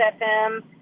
FM